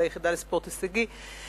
ליחידה לספורט הישגי.